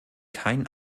kein